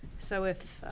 so if,